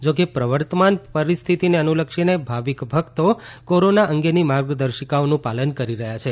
જો કે પ્રવર્તમાન પરિસ્થિતિને અનુલક્ષીને ભાવિક ભકતો કોરોના અંગેની માર્ગદર્શિકાઓનું પાલન કરી રહથાં છે